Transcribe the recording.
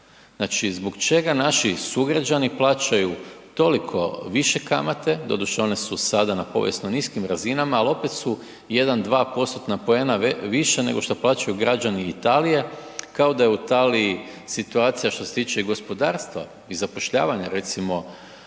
Znači, zbog čega naši sugrađani plaćaju toliko više kamate, doduše one su sada na povijesno niskim razinama, al opet su 1, 2%-tna poena više nego što plaćaju građani Italije kao da je u Italiji situacija što se tiče i gospodarstva i zapošljavanja recimo